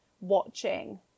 watching